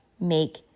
make